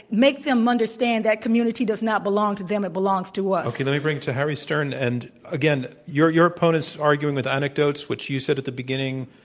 make them understand that community does not belong to them, it belongs to us. okay. let me bring it to harry stern. and again, your your opponents' argument with anecdotes, which you said at the beginning,